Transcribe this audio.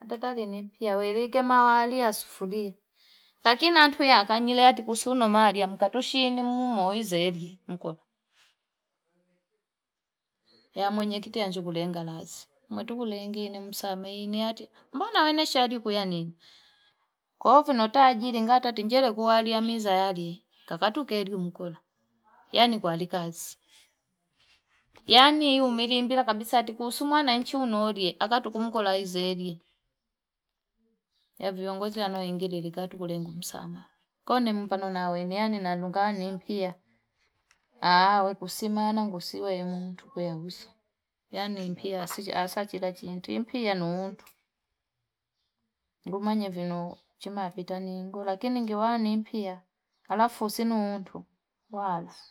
hatatarenimpia neke maaria sufuria lakini ya ntulia kene maatulia nsufulia lakin aantu yakanyeleati kusuno maaliamu katushini mumoini zeli mkote, ya mwenyekiti anchukulienga lazi umetukulengine msamee niatimbona naewesheni kulianini kwayo fona tajiri ngata kwene tayaaria mizawadi kakatu keli yo mkola yani kwalikazi, yani umelimbia kabisa kuhusu mwananchi unoolie akati kumkolaizelie ya viongozi yanaoenedelele katule ngumu sana kwaio nimpano nawe nungano pia we kusemana, yan nimpia asechila chintimpia ni utu ngumanye vinou chimapitani ni ngula lakini ngiwani mpiyaalafu sinu utu waati.